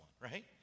Right